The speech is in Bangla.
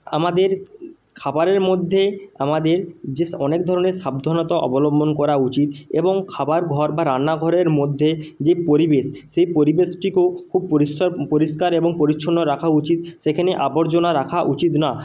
আমাদের খাবারের মধ্যে আমাদের যেস্ অনেক ধরনের সাবধানতা অবলম্বন করা উচিত এবং খাবার ঘর বা রান্নাঘরের মধ্যে যে পরিবেশ সেই পরিবেশটিকোও খুব পরিষ্ষার পরিষ্কার এবং পরিচ্ছন্ন রাখা উচিত সেখানে আবর্জনা রাখা উচিত না